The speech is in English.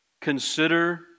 Consider